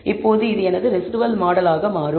இப்போது இது எனது ரெடூஸ்ட் மாடலாக மாறும்